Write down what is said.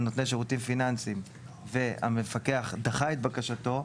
נותני שירותים פיננסים והמפקח דחה את בקשתו,